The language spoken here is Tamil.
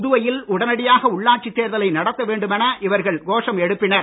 புதுவையில் உடனடியாக உள்ளாட்சித் தேர்தலை நடத்த வேண்டுமென இவர்கள் கோஷம் எழுப்பினர்